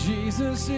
Jesus